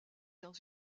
dans